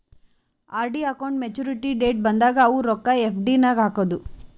RD account maturity date ಬಂದಾಗ ಅವು ರೊಕ್ಕಾ ಎಫ್.ಡಿ ನಾಗ್ ಹಾಕದು